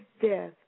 death